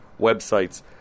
websites